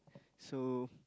so